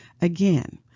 Again